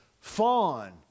fawn